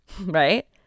Right